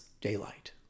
daylight